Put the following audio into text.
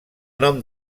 nom